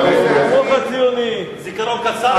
זיכרון קצר,